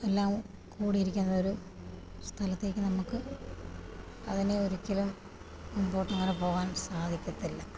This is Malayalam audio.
എല്ലാം കുടി ഇരിക്കുന്ന ഒരു സ്ഥലത്തേയ്ക്ക് നമുക്ക് അതിന് ഒരിക്കലുംമുമ്പോട്ടെങ്ങനെ പോകാൻ സാധിക്കത്തില്ല